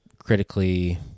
critically